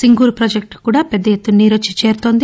సింగూరు ప్రాజెక్టుకు కూడా నీరు పెద్దఎత్తున వచ్చి చేరుతోంది